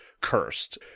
cursed